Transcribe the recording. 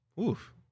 Oof